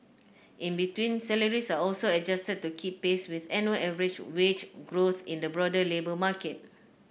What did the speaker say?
in between salaries are also adjusted to keep pace with annual average wage growth in the broader labour market